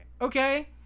okay